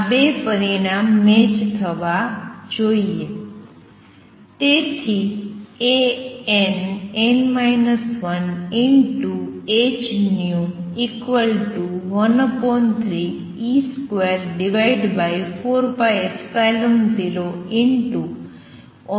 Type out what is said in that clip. આ ૨ પરિણામ મેચ થવા જોઈએ